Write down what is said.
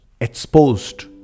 exposed